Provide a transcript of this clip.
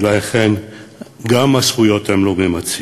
ולכן גם את הזכויות הם לא ממצים.